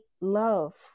love